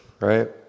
right